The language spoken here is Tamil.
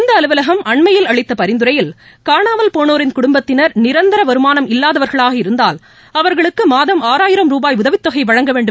இந்த அலுவலகம் அண்மையில் அளித்த பரிந்துரையில் காணாமல்போனோரின் குடும்பத்தினா் நிரந்தர வருமானம் இல்லாதவர்களாக இருந்தால் அவர்களுக்கு மாதம் ஆறாயிரம் ரூபாய் உதவித்தொகை வழங்க வேண்டுமென்று குறிப்பிடப்பட்டிருந்தது